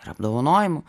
ir apdovanojimų